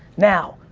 now,